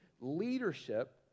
leadership